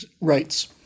rights